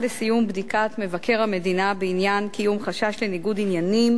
לסיום בדיקת מבקר המדינה בעניין: קיום חשש לניגוד עניינים